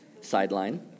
sideline